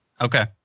Okay